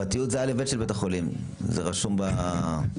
רוויזיה.